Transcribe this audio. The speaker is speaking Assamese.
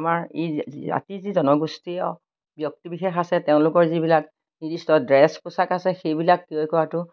আমাৰ ই জাতি যি জনগোষ্ঠীয় ব্যক্তিবিশেষ আছে তেওঁলোকৰ যিবিলাক নিৰ্দিষ্ট ড্ৰেছ পোচাক আছে সেইবিলাক ক্ৰয় কৰাটো